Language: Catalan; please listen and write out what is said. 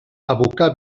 abocar